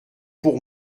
pour